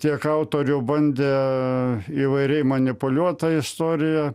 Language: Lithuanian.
tiek autorių bandė įvairiai manipuliuot tą istoriją